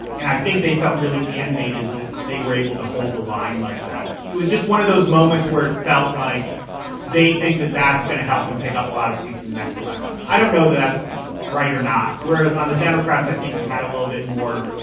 and i think they felt really animated that they were able to hold the line like that. it was just one of those moments where it felt like they think that that's going to help them pick up a lot of seats in the next election. i don't know that that's right or not. whereas on the democrats, i think you had a little bit more,